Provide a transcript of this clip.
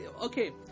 okay